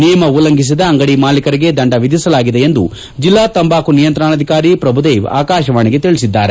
ನಿಯಮ ಉಲ್ಲಂಘಿಸಿದ ಅಂಗಡಿ ಮಾಲೀಕರಿಗೆ ದಂಡ ವಿಧಿಸಲಾಗಿದೆ ಎಂದು ಜಿಲ್ಲಾ ತಂಬಾಕು ನಿಯಂತ್ರಣಾಧಿಕಾರಿ ಪ್ರಭುದೇವ್ ಆಕಾಶವಾಣಿಗೆ ತಿಳಿಸಿದರು